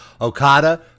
Okada